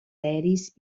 aeris